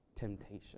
temptation